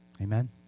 Amen